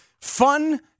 fun